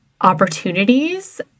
opportunities